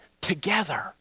together